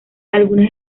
algunas